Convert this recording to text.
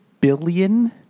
billion